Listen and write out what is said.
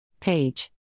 Page